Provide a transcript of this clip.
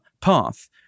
path